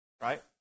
Right